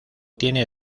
tiene